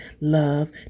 Love